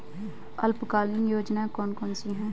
अल्पकालीन योजनाएं कौन कौन सी हैं?